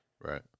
Right